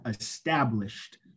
established